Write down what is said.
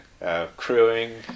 crewing